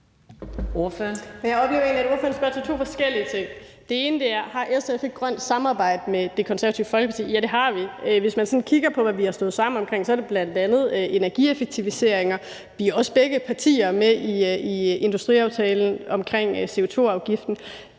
Jeg oplever egentlig, at ordføreren spørger til to forskellige ting. Den ene er, om SF har et grønt samarbejde med Det Konservative Folkeparti. Ja, det har vi. Hvis man sådan kigger på, hvad vi har stået sammen om, er det bl.a. energieffektiviseringer. Vi er også begge partier med i industriaftalen om CO2-afgiften.